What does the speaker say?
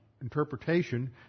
interpretation